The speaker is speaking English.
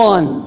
One